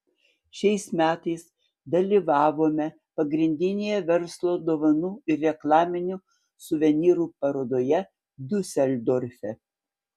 šiais metais dalyvavome pagrindinėje verslo dovanų ir reklaminių suvenyrų parodoje diuseldorfe